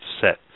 set